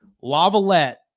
Lavalette